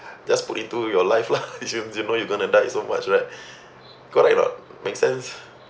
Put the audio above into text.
just put into your life lah it seems you know you're going to die so much right correct or not makes sense